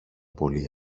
πολύ